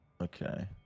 okay